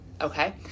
okay